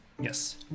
Yes